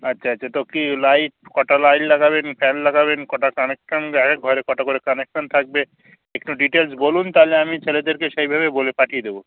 আচ্ছা আচ্ছা তো কী লাইট কটা লাইট লাগাবেন ফ্যান লাগাবেন কটা কানেকশান ডায়রেক্ট ঘরে কটা করে কানেকশান থাকবে একটু ডিটেলস বলুন তাহলে আমি ছেলেদেরকে সেইভাবে বলে পাঠিয়ে দেব